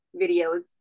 videos